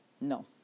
No